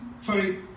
sorry